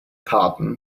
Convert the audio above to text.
pardon